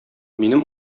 минем